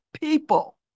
people